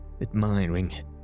admiring